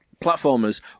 platformers